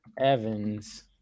Evans